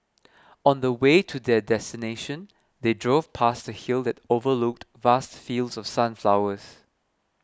on the way to their destination they drove past a hill that overlooked vast fields of sunflowers